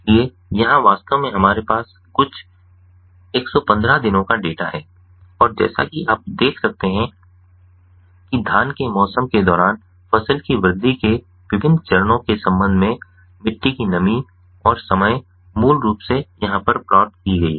इसलिए यहाँ वास्तव में हमारे पास कुछ ११५ दिनों का डेटा है और जैसा कि आप देख सकते हैं कि धान के मौसम के दौरान फसल की वृद्धि के विभिन्न चरणों के संबंध में मिट्टी की नमी और समय मूल रूप से यहाँ पर प्लॉट की गई है